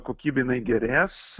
kokybė jinai gerės